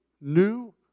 new